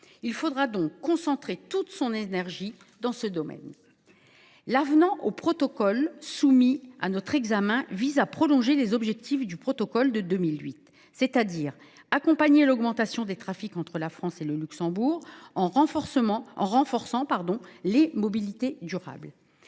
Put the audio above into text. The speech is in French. Il faudra donc concentrer toute notre énergie dans ce domaine. L’avenant au protocole soumis à notre examen vise à prolonger les objectifs du protocole de 2008, c’est à dire accompagner l’augmentation des trafics entre la France et le Luxembourg en renforçant les mobilités durables.